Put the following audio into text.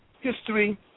history